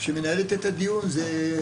הדיון הוא